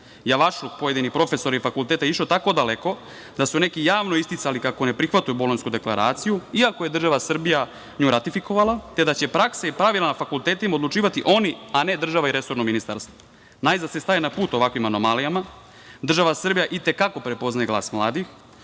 Javašluk pojedinih profesora i fakulteta je išao tako daleko da su neki javno isticali kako ne prihvataju Bolonjsku deklaraciju, iako je država Srbija nju ratifikovala, te da će praksa i pravila na fakultetima odlučivati, oni, a ne država i resorno ministarstvo. Najzad se staje na put ovakvim anomalijama. Država Srbije i te kako prepoznaje glas mladih,